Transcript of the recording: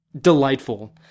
delightful